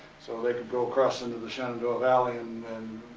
so they could go cross into the shenandoah valley and